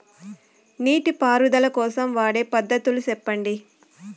నీటి పారుదల కోసం వాడే పద్ధతులు సెప్పండి?